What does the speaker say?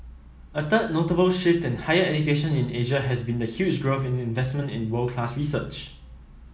a third notable shift in higher education in Asia has been the huge growth in investment in world class research